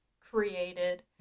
created